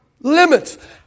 limits